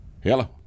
hello